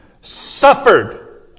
suffered